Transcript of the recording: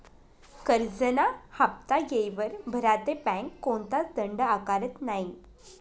करजंना हाफ्ता येयवर भरा ते बँक कोणताच दंड आकारत नै